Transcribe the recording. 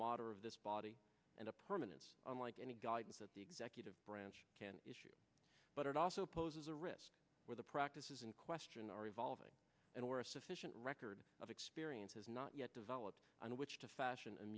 matur of this body and a permanent unlike any guidance that the executive branch can issue but it also poses a risk where the practices in question are evolving and where a sufficient record of experience has not yet developed on which to fashion and